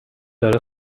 داره